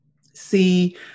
see